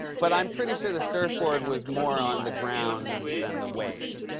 but i'm pretty sure the surfboard was more on the ground than than the wave.